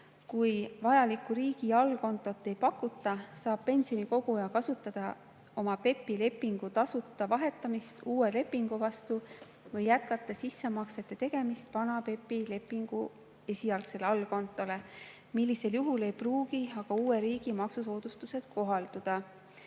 kui vajaliku riigi allkontot ei pakuta, saab pensionikoguja tasuta vahetada oma PEPP-i lepingu uue lepingu vastu või jätkata sissemaksete tegemist vana PEPP-i lepingu esialgsele allkontole, millisel juhul ei pruugi aga uue riigi maksusoodustused kohalduda.